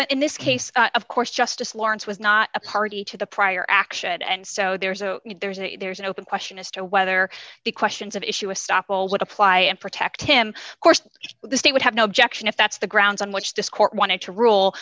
in this case of course justice lawrence was not a party to the prior action and so there's a there's a there's an open question as to whether the questions of issue a stop all that apply and protect him of course the state would have no objection if that's the grounds on which this court wanted to rule